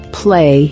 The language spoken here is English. play